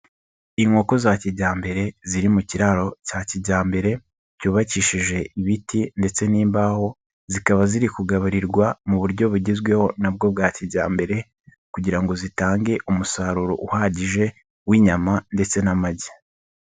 Inkoko za kijyambere ziri mu kiraro cya kijyambere, cyubakishije ibiti ndetse n'imbaho, zikaba ziri kugaburirwa mu buryo bugezweho na bwo bwa kijyambere kugira ngo zitange umusaruro uhagije w'inyama ndetse n'amagi.